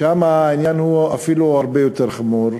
שם העניין אפילו הרבה יותר חמור.